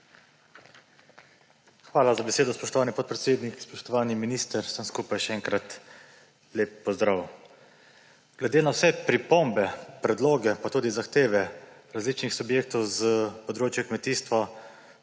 Hvala za besedo, spoštovani podpredsednik. Spoštovani minister! Vsem skupaj še enkrat lep pozdrav! Glede na vse pripombe, predloge pa tudi zahteve različnih subjektov s področja kmetijstva